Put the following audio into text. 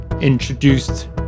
introduced